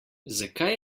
zakaj